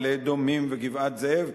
מעלה-אדומים וגבעת-זאב,